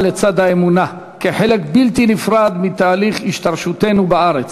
לצד האמונה כחלק בלתי נפרד מתהליך השתרשותנו בארץ.